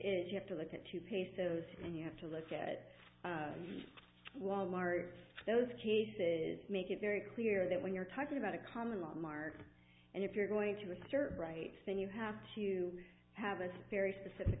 is you have to look at two pesos you have to look at walmart's those cases make it very clear that when you're talking about a common law mark and if you're going to assert right thing you have to have a very specific